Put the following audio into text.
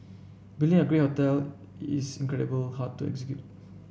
building a great hotel is incredible hard to execute